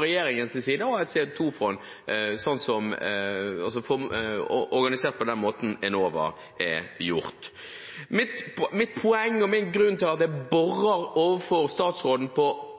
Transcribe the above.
regjeringens side ønsker å ha et CO 2 -fond organisert på den måten som Enova er organisert. Mitt poeng, og min grunn til at jeg overfor statsråden borer på